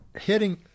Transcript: hitting